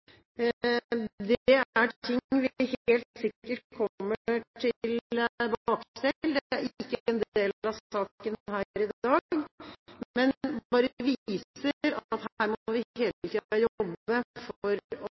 Det er ting vi helt sikkert kommer tilbake til, det er ikke en del av saken her i dag, men det viser at her må vi hele tiden jobbe for å